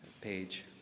page